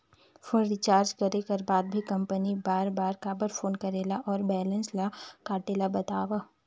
Phone recharge करे कर बाद भी कंपनी बार बार काबर फोन करेला और बैलेंस ल काटेल बतावव?